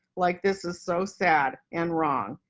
like this is so sad and wrong.